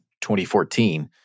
2014